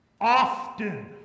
Often